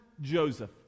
Joseph